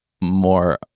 more